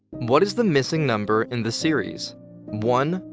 what is the missing number in the series one,